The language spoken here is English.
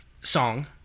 song